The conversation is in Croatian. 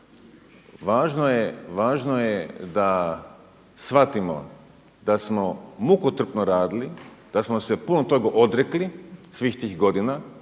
važno je da shvatimo da smo mukotrpno radili, da smo se puno toga odrekli svih tih godina